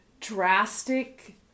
drastic